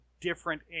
different